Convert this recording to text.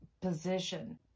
position